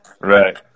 Right